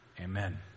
Amen